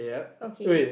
okay